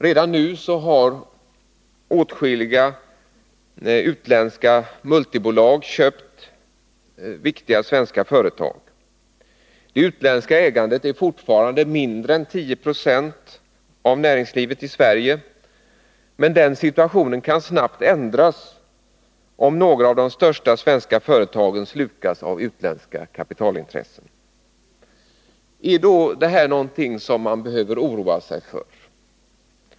Redan nu har åtskilliga utländska multinationella bolag köpt viktiga svenska företag. Det utländska ägandet av näringslivet i Sverige är fortfarande mindre än 10 26, men den situationen kan snabbt ändras, om några av de största svenska företagen slukas av utländska kapitalintressen. Är då detta någonting som man behöver oroa sig för?